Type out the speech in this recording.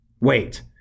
wait